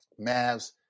Mavs